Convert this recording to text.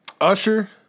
Usher